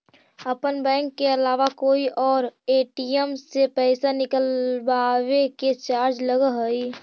अपन बैंक के अलावा कोई और ए.टी.एम से पइसा निकलवावे के चार्ज लगऽ हइ